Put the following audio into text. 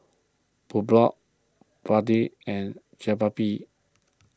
Pulao and Jalebi